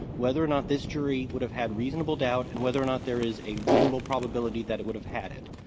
whether or not this jury would have had reasonable doubt and whether or not there was a reasonable probability that it would have had it,